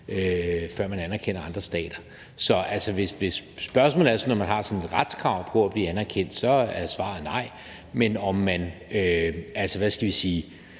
før man anerkender andre stater. Så altså, hvis spørgsmålet er, om man har et retskrav på at blive anerkendt, er svaret nej, men i forhold til om man